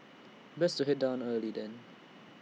best to Head down early then